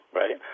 right